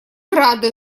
рады